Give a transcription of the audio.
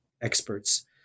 experts